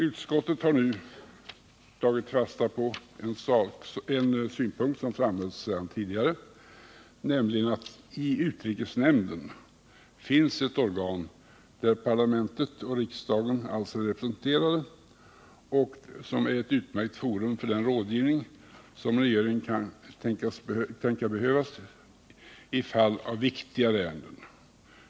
Utskottet har nu tagit fasta på en synpunkt som framhållits redan tidigare, nämligen att vi i utrikesnämnden har ett organ där riksdagen är representerad och som är ett utmärkt forum för den rådgivning som regeringen kan tänkas behöva i fall av viktigare ärenden.